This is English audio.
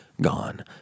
gone